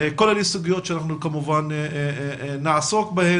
כל אלה שסוגיות שנעסוק בהן.